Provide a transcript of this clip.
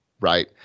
right